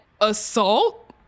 assault